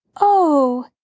Oh